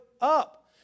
up